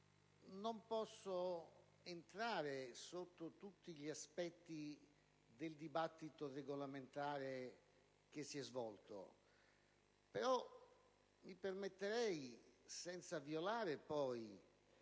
non posso entrare su tutti gli aspetti del dibattito regolamentare che si è svolto. Mi permetterei, però, senza violare la